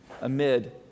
amid